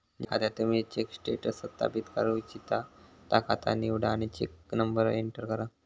ज्या खात्याक तुम्ही चेक स्टेटस सत्यापित करू इच्छिता ता खाता निवडा आणि चेक नंबर एंटर करा